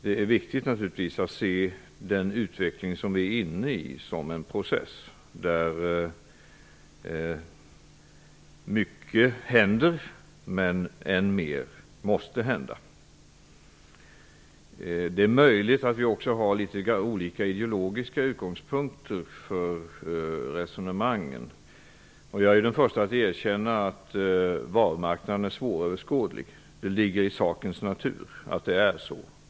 Det är naturligtvis viktigt att se utvecklingen som en process där mycket händer och än mer måste hända. Det är möjligt att vi också har litet olika ideologiska utgångspunkter för resonemangen. Jag är den förste att erkänna att varumarknaden är svåröverskådlig. Det ligger i sakens natur att det är så.